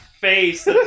face